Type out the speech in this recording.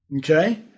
Okay